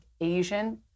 Asian